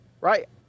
right